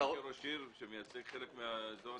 אני ראש עירייה שמייצג חלק מן העניין.